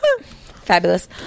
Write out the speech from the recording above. Fabulous